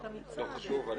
לא חשוב.